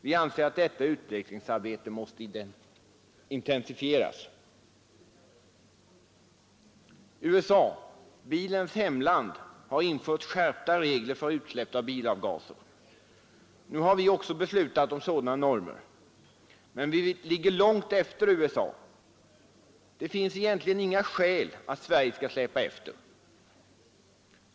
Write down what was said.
Vi anser att detta utvecklingsarbete måste intensifieras. USA, bilens hemland, har infört skärpta regler för utsläpp av bilavgaser. Nu har också vi beslutat om sådana normer. Men vi ligger långt efter USA. Det finns egentligen inga skäl att Sverige skall släpa efter.